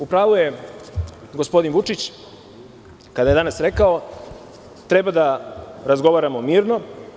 U pravu je, gospodin Vučić, kada je danas rekao – treba da razgovaramo mirno.